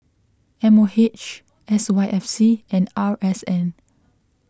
M O H S Y F C and R S N